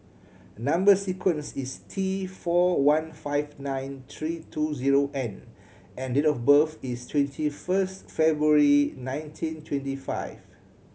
number sequence is T four one five nine three two zero N and date of birth is twenty first February nineteen twenty five